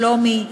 שלומי,